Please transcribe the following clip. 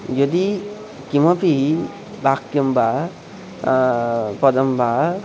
यदि किमपि वाक्यं वा पदं वा